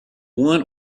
one